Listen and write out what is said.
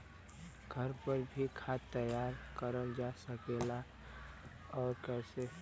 घर पर भी खाद तैयार करल जा सकेला और कैसे?